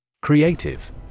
Creative